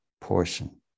portion